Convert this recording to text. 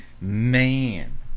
Man